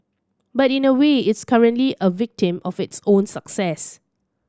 but in a way it's currently a victim of its own success